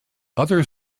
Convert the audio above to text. other